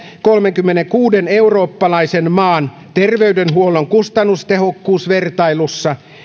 kolmenkymmenenkuuden eurooppalaisen maan terveydenhuollon kustannustehokkuusvertailussa ykkössijalla